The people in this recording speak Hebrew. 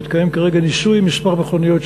מתקיים כרגע ניסוי עם כמה מכוניות,